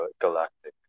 galactic